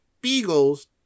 Beagles